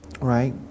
right